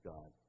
God